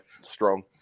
strong